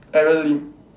Aaron Lim